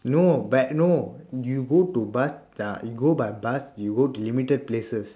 no but no you go to bus dah you go by bus you go to limited places